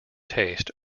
taste